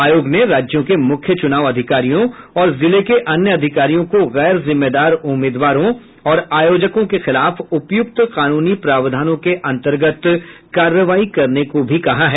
आयोग ने राज्यों के मुख्य चुनाव अधिकारियों और जिले के अन्य अधिकारियों को गैर जिम्मेदार उम्मीदवारों और आयोजकों के खिलाफ उपयुक्त कानूनी प्रावधानों के अंतर्गत कार्रवाई करने को भी कहा है